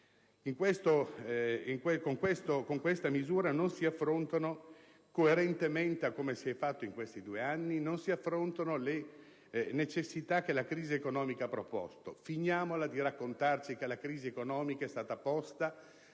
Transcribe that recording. Con questa misura non si affrontano, coerentemente come si è fatto in questi due anni, le necessità che la crisi economica ha proposto. Finiamola di raccontarci che la crisi economica è stata posta